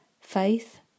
faith